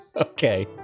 okay